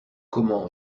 comment